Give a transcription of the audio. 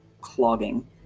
clogging